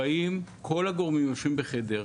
כל הגורמים יושבים בחדר,